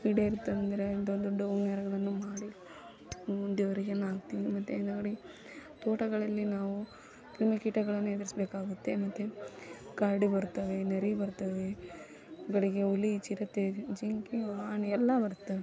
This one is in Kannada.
ಈಡೇರಿತಂದ್ರೆ ದೊಡ್ಡ ದೊಡ್ಡ ಹೂವಿನ ಹಾರಗಳನ್ನು ಮಾಡಿ ದೇವರಿಗೇನೊ ಹಾಕ್ತೀವಿ ಮತ್ತು ಹಿಂದುಗಡೆ ತೋಟಗಳಲ್ಲಿ ನಾವು ಕ್ರಿಮಿ ಕೀಟಗಳನ್ನು ಎದುರಿಸ್ಬೇಕಾಗುತ್ತೆ ಮತ್ತು ಕರಡಿ ಬರ್ತವೆ ನರಿ ಬರ್ತವೆ ಬೆಳಗ್ಗೆ ಹುಲಿ ಚಿರತೆ ಜಿಂಕೆ ಆನೆ ಎಲ್ಲ ಬರ್ತವೆ